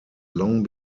long